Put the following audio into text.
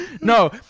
No